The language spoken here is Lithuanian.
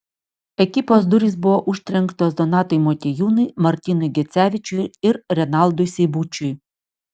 ekipos durys buvo užtrenktos donatui motiejūnui martynui gecevičiui ir renaldui seibučiui